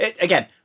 again